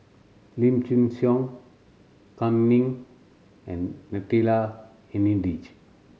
Lim Chin Siong Kam Ning and Natalie Hennedige